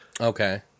Okay